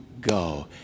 go